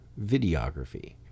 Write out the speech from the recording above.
videography